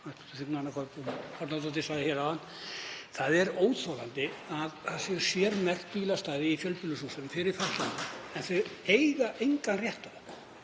Það er óþolandi að það séu sérmerkt bílastæði í fjölbýlishúsum fyrir fatlaða sem þeir eiga engan rétt á.